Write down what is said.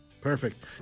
Perfect